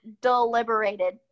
Deliberated